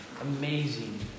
amazing